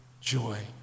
joy